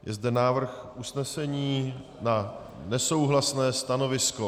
Je zde návrh usnesení na nesouhlasné stanovisko.